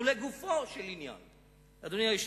ולגופו של עניין, אדוני היושב-ראש,